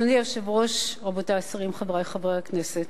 אדוני היושב-ראש, רבותי השרים, חברי חברי הכנסת,